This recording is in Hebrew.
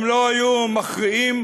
הם לא היו מכריעים.